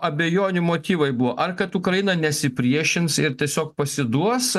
abejonių motyvai buvo ar kad ukraina nesipriešins ir tiesiog pasiduos